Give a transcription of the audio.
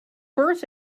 birth